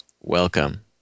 welcome